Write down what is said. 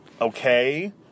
okay